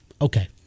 Okay